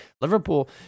Liverpool